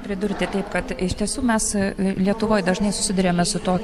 pridurti taip kad iš tiesų mes lietuvoj dažnai susiduriame su tuo